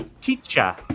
teacher